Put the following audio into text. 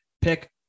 pick